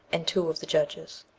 and two of the judges.